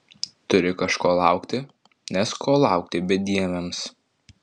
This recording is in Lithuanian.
turi kažko laukti nes ko laukti bedieviams